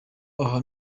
aha